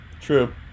True